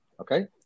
Okay